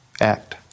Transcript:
act